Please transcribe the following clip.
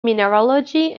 mineralogy